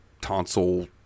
tonsil